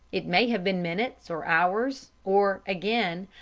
it may have been minutes or hours, or, again,